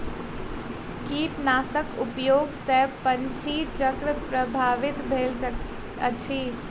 कीटनाशक उपयोग सॅ पंछी चक्र प्रभावित भेल अछि